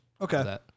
Okay